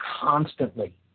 constantly